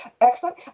excellent